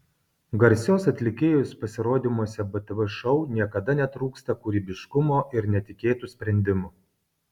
garsios atlikėjos pasirodymuose btv šou niekada netrūksta kūrybiškumo ir netikėtų sprendimų